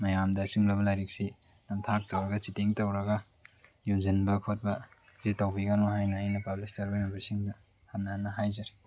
ꯃꯌꯥꯝꯗ ꯑꯁꯤꯒꯨꯝꯂꯕ ꯂꯥꯏꯔꯤꯛꯁꯤ ꯅꯝꯊꯥꯛ ꯇꯧꯔꯒ ꯆꯤꯠꯇꯤꯡ ꯇꯧꯔꯒ ꯌꯣꯟꯁꯤꯟꯕ ꯈꯣꯠꯄ ꯑꯁꯤ ꯇꯧꯕꯤꯒꯅꯨ ꯍꯥꯏꯅ ꯑꯩꯅ ꯄꯕ꯭ꯂꯤꯁ ꯇꯧꯔꯤꯕ ꯃꯦꯝꯕꯔꯁꯤꯡꯗ ꯍꯟꯅ ꯍꯟꯅ ꯍꯥꯏꯖꯔꯤ